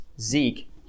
Zeke